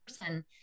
person